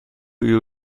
you